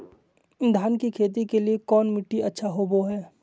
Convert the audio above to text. धान की खेती के लिए कौन मिट्टी अच्छा होबो है?